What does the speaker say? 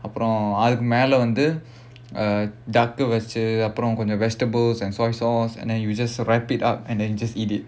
அப்புறம் அதுக்கு மேல வந்து:appuram adhukku mela vandhu uh வச்சி அப்புறம் கொஞ்சம்:vachi appuram konjam vegetables and soy sauce and then you just wrapped it up and then you just eat it